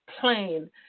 plain